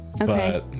Okay